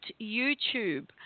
YouTube